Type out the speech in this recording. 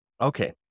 Okay